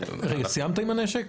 סיימת עם הנשק?